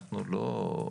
אנחנו לא,